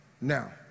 now